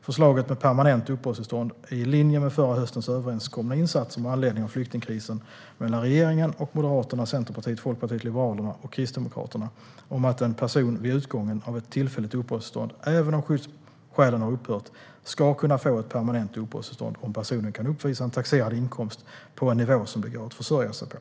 Förslaget med permanent uppehållstillstånd är i linje med förra höstens överenskomna insatser med anledning av flyktingkrisen mellan regeringen och Moderaterna, Centerpartiet, Folkpartiet liberalerna och Kristdemokraterna om att en person vid utgången av ett tillfälligt uppehållstillstånd, även om skyddsskälen har upphört, ska kunna få ett permanent uppehållstillstånd om personen kan uppvisa en taxerad inkomst på en nivå som det går att försörja sig på.